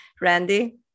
Randy